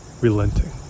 Relenting